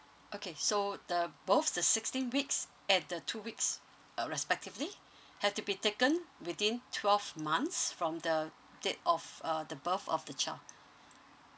okay so the both the sixteen weeks and the two weeks uh respectively have to be taken within twelve months from the date of uh the birth of the child